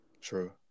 true